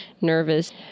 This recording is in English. nervous